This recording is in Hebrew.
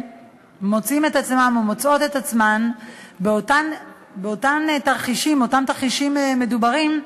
מוצאים את עצמם ומוצאות את עצמן באותם תרחישים מדוברים,